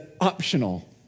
optional